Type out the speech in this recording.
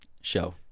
show